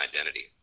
identity